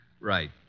Right